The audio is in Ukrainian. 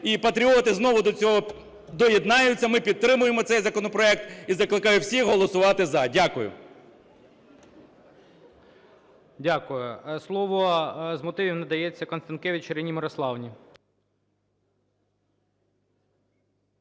І патріоти знову до цього доєднаються, ми підтримаємо цей законопроект. І закликаю всіх голосувати – за. Дякую. ГОЛОВУЮЧИЙ. Дякую. Слово з мотивів надається Констанкевич Ірині Мирославівні.